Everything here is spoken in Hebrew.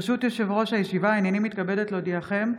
ברשות יושב-ראש הישיבה, הינני מתבקשת להודיעכם,